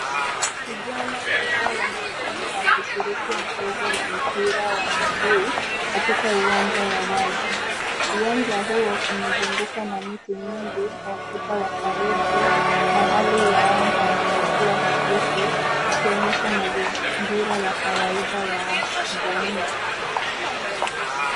Vijana kadhaa wanaonekana wakishiriki mchezo wa mpira wa miguu katika uwanja wa wazi. Uwanja huo umezungukwa na miti nyingi na ukuta wa saruji na hali ya anga ni ya jua hafifu ikionyesha mazingira ya kawaida ya kijamii.